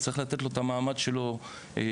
צריך לתת לו את המעמד שלו בכלל,